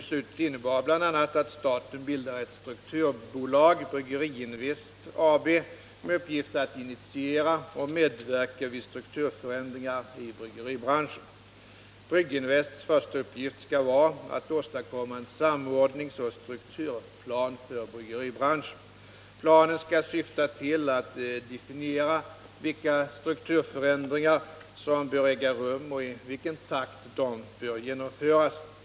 Beslutet innebär bl.a. att staten bildar ett strukturbolag, Brygginvest AB, med uppgift att initiera och medverka vid strukturförändringar i bryggeribranschen. Brygginvests första uppgift skall vara att åstadkomma en samordningsoch strukturplan för bryggeribranschen. Planen skall syfta till att definiera vilka strukturförändringar som bör äga rum och i vilken takt de bör genomföras.